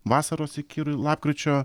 vasaros iki lapkričio